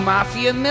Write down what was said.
Mafia